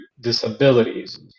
disabilities